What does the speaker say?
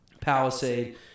Palisade